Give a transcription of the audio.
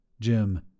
Jim